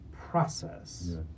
process